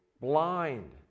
blind